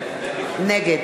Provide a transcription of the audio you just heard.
נגד